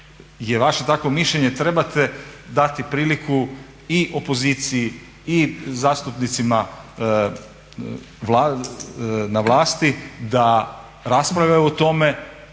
vaše takvo mišljenje trebate dati priliku i opoziciji i zastupnicima na vlasti da raspravljaju o tome